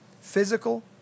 physical